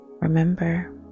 remember